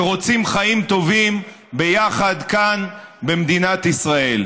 שרוצים חיים טובים ביחד כאן, במדינת ישראל.